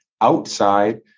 Outside